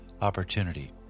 opportunity